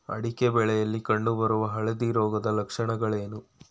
ಅಡಿಕೆ ಬೆಳೆಯಲ್ಲಿ ಕಂಡು ಬರುವ ಹಳದಿ ರೋಗದ ಲಕ್ಷಣಗಳೇನು?